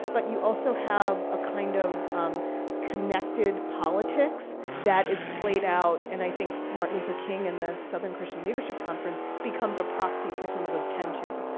but you also have a kind of connected politics that is played out, and i think martin luther king and the southern christian leadership conference becomes a proxy for some of those tensions,